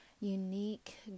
unique